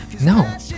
no